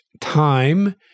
time